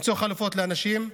למצוא חלופות לאנשים,